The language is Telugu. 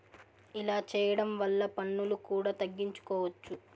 ఇలా చేయడం వల్ల పన్నులు కూడా తగ్గించుకోవచ్చు